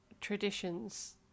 traditions